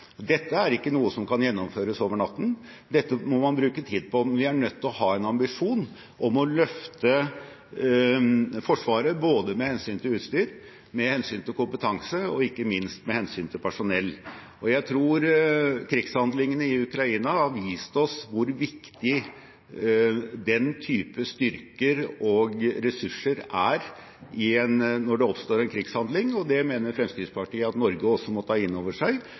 Dette er ikke noe som kan gjennomføres over natten, dette må man bruke tid på. Men vi er nødt til å ha en ambisjon om å løfte Forsvaret, både med hensyn til utstyr, med hensyn til kompetanse og ikke minst med hensyn til personell. Jeg tror krigshandlingene i Ukraina har vist oss hvor viktig den type styrker og ressurser er når det oppstår en krigshandling. Det mener Fremskrittspartiet at Norge også må ta inn over seg,